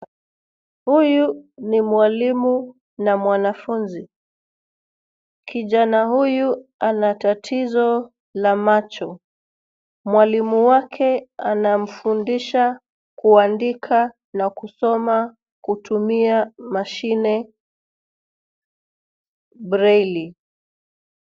Huyu ni mwalimu na mwanafunzi. Kijana huyu anatatizo la macho mwalimu wake anamfundisha kuandika na kusoma kutumia mashine breli.